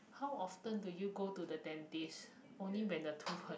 how often do you go to the dentist only when the tooth hurt